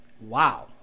wow